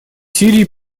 сирии